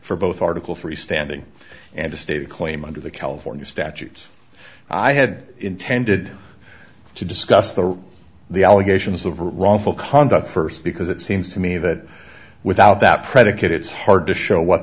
for both article three standing and a stated claim under the california statutes i had intended to discuss the the allegations of wrongful conduct first because it seems to me that without that predicate it's hard to show what